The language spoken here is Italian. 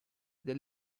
del